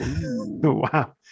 wow